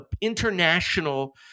international